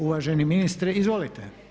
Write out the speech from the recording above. Uvaženi ministre izvolite.